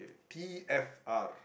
t_f_r